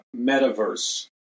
metaverse